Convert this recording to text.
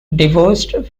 divorced